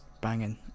banging